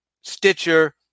Stitcher